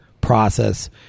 process